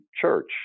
church